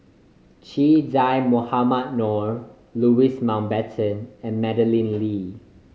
Che Dah Mohamed Noor Louis Mountbatten and Madeleine Lee